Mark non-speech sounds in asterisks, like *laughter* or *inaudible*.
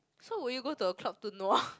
so will you go to a club to nua *breath*